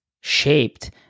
Shaped